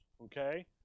okay